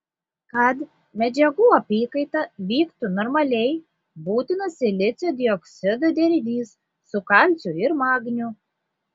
kad medžiagų apykaita vyktų normaliai būtinas silicio dioksido derinys su kalciu ir magniu